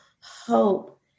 hope